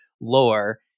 lore